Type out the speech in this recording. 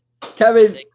Kevin